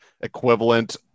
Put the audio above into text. equivalent